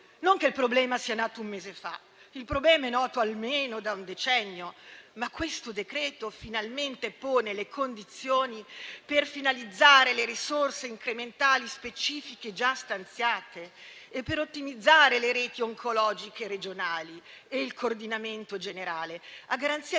Non che il problema sia nato un mese fa: il problema è noto almeno da un decennio, ma il decreto-legge in esame finalmente pone le condizioni per finalizzare le risorse incrementali specifiche già stanziate e per ottimizzare le reti oncologiche regionali e il coordinamento generale, a garanzia